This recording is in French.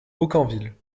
aucamville